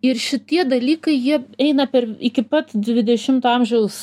ir šitie dalykai jie eina per iki pat dvidešimto amžiaus